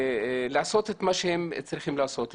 לעשות את מה שהם צריכים לעשות.